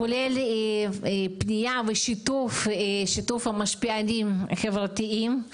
כולל פנייה ושיתוף המשפיענים החברתיים.